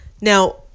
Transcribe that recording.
Now